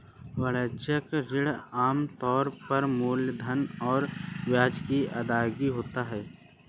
वाणिज्यिक ऋण आम तौर पर मूलधन और ब्याज की अदायगी होता है